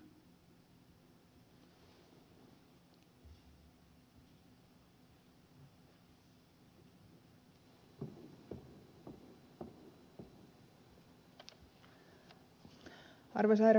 arvoisa herra puhemies